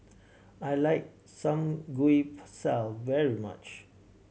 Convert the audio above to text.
I like Samgyeopsal very much